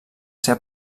ser